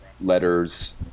letters